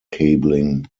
cabling